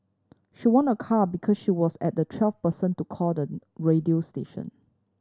she won a car because she was as the twelfth person to call the radio station